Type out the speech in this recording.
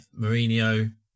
Mourinho